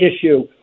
issue